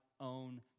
own